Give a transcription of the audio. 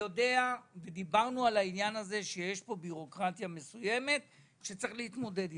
דיברנו על זה שיש פה בירוקרטיה מסוימת שצריך להתמודד איתה.